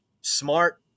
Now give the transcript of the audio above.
smart